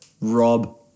Rob